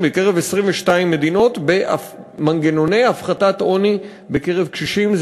בקרב 22 מדינות במנגנוני הפחתת עוני בקרב קשישים.